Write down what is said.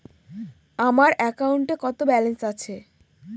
আমার অ্যাকাউন্টে কত ব্যালেন্স আছে?